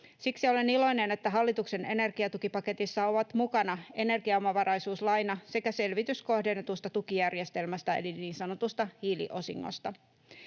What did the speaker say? Siksi olen iloinen, että hallituksen energiatukipaketissa ovat mukana energiaomavaraisuuslaina sekä selvitys kohdennetusta tukijärjestelmästä eli niin sanotusta hiiliosingosta.